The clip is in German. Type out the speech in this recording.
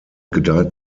gedeiht